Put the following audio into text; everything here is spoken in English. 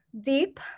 deep